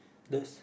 those